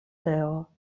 teo